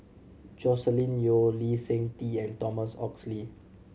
Joscelin Yeo Lee Seng Tee and Thomas Oxley